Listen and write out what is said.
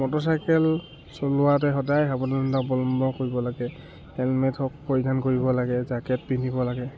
motorcycle চলাওতে সদায় সাৱধানতা অৱলম্বন কৰিব লাগে হেলমেট হওক পৰিধান কৰিব লাগে জাকেট পিন্ধিব লাগে